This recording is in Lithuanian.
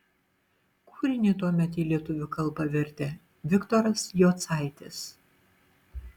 kūrinį tuomet į lietuvių kalbą vertė viktoras jocaitis